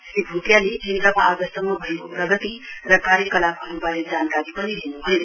श्री भूटियाले केन्द्रमा आजसम्म भएको प्रगति र कार्यकलापहरुवारे जानकारी पनि लिनुभयो